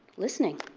listening.